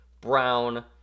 Brown